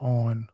on